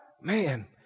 Man